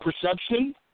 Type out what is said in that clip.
perception